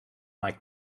like